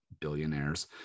billionaires